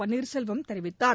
பன்னீர்செல்வம் தெரிவித்தார்